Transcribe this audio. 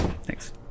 Thanks